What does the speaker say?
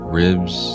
ribs